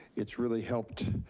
it's really helped